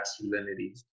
masculinity